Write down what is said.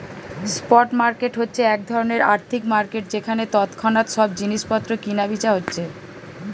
spot market হচ্ছে এক ধরণের আর্থিক মার্কেট যেখানে তৎক্ষণাৎ সব জিনিস পত্র কিনা বেচা হচ্ছে